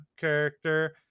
character